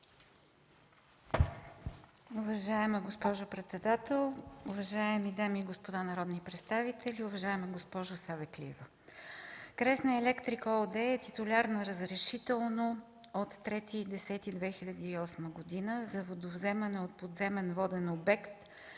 Уважаема госпожо председател, уважаеми дами и господа народни представители! Уважаема госпожо Савеклиева, „Кресна Електрик” ООД е титуляр на разрешително от 3 октомври 2008 г. за водовземане от подземен воден обект